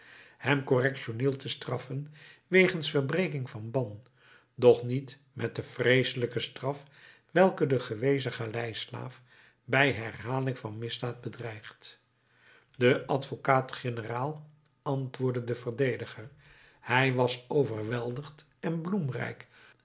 hem correctioneel te straffen wegens verbreking van ban doch niet met de vreeselijke straf welke den gewezen galeislaaf bij herhaling van misdaad bedreigt de advocaat-generaal antwoordde den verdediger hij was overweldigend en